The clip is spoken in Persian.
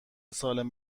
سالم